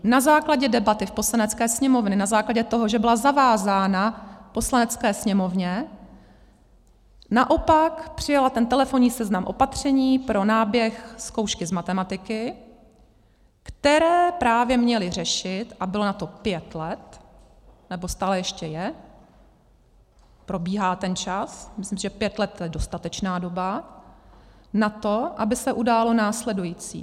Na základě debaty v Poslanecké sněmovně, na základě toho, že byla zavázána Poslanecké sněmovně, naopak přijala ten telefonní seznam opatření pro náběh zkoušky z matematiky, která právě měla řešit, a bylo na to pět let, nebo stále ještě je, probíhá ten čas, myslím, že pět let je dostatečná doba na to, aby se událo následující.